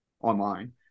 online